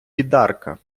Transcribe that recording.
бідарка